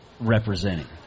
representing